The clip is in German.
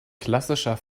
klassischer